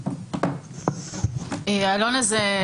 העלון הזה,